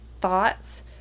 thoughts